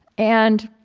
and